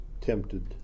tempted